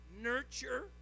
nurture